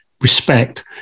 respect